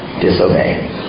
disobey